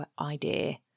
idea